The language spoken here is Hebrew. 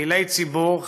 פעילי ציבור,